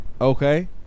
Okay